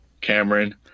Cameron